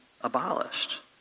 abolished